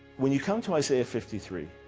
when you come to isaiah fifty three,